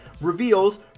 reveals